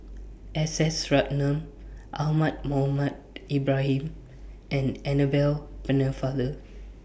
S S Ratnam Ahmad Mohamed Ibrahim and Annabel Pennefather